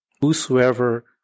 whosoever